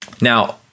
Now